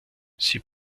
sie